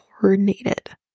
coordinated